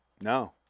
No